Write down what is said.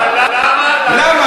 למה?